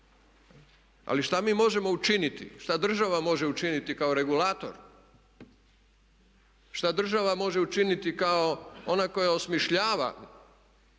Ali što mi možemo učiniti, što država može učiniti kao regulator, što država može učiniti kao ona koja osmišljava